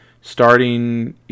Starting